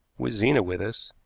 with zena with us,